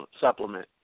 supplement